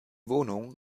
wohnung